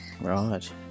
Right